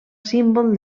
símbol